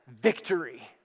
victory